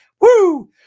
Woo